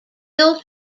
will